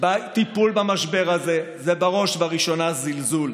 בטיפול במשבר הזה הוא בראש ובראשונה זלזול.